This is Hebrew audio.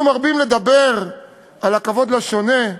אנחנו מרבים לדבר על הכבוד לשונה,